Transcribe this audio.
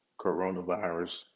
coronavirus